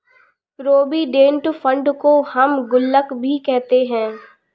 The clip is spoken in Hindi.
प्रोविडेंट फंड को हम गुल्लक भी कह सकते हैं